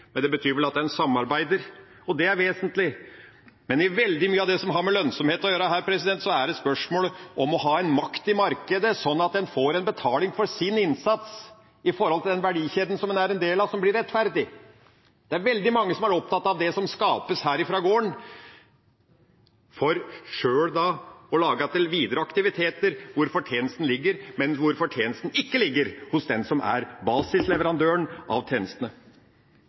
men det betyr vel at en samarbeider. Og det er vesentlig, men i veldig mye av det som har med lønnsomhet å gjøre, er det spørsmål om å ha makt i markedet, slik at en får betaling for sin innsats i den verdikjeden en er en del av, som blir rettferdig. Det er veldig mange som er opptatt av det som skapes fra gården, for sjøl å lage til andre aktiviteter hvor fortjenesten ligger, men hvor fortjenesten ikke ligger hos den som er basisleverandøren av tjenestene.